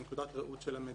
מנקודת ראות של המדינה.